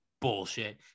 bullshit